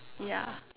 yeah